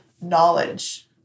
knowledge